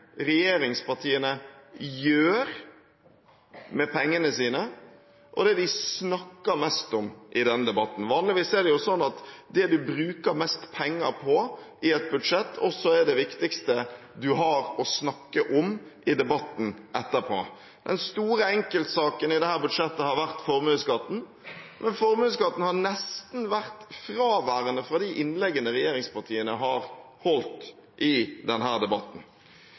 regjeringspartiene gjør med pengene sine, og det de snakker mest om. Vanligvis er det sånn at det man bruker mest penger på i et budsjett, også er det viktigste man har å snakke om i debatten etterpå. Den store enkeltsaken i dette budsjettet har vært formuesskatten, men formuesskatten har nesten vært fraværende i de innleggene regjeringspartiene har holdt i denne debatten.